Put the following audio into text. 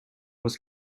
was